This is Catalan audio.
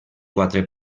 quatre